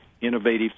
innovative